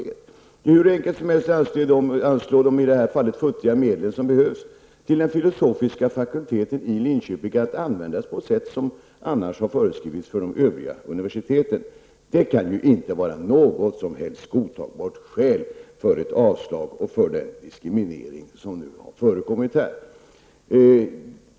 Det är hur enkelt som helst att anslå de i det här fallet futtiga medel som behövs till den filosofiska fakulteten i Linköping, att användas på sätt som annars har föreskrivits för de övriga universiteten. Fakultetsorganisationen kan ju inte vara något som helst godtagbart skäl för ett avslag och för den diskriminering som nu förekommer.